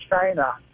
China